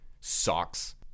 socks